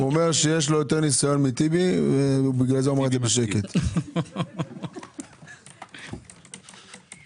שיכולה אפילו להתבסס על אמירה שנאמרה באחת הישיבות,